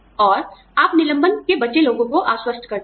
और आप निलंबन के बचे लोगों को आश्वस्त करते हैं